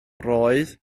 roedd